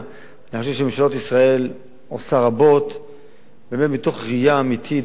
אני חושב שממשלת ישראל עושה רבות מתוך ראייה אמיתית ועניינית